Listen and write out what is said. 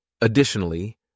Additionally